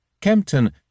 Kempton